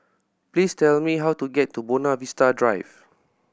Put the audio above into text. please tell me how to get to North Buona Vista Drive